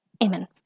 Amen